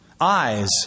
Eyes